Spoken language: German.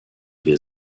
wir